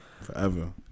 forever